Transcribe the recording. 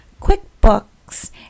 QuickBooks